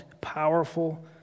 powerful